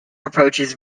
approaches